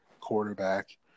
quarterback